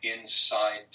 inside